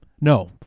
No